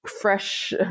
fresh